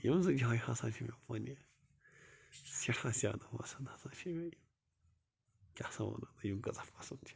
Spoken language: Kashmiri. یِم زٕ جایہِ ہسا چھِ مےٚ پنٕنہِ سیٚٹھاہ زیادٕ پسنٛد ہسا چھِ مےٚ یِم کیٛاہ سا وَنہٕ ہُو تۅہہِ یِم کٍژاہ پسنٛد چھِ